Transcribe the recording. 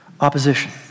opposition